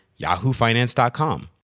yahoofinance.com